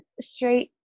straight